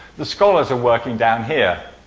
the scholars are working down here.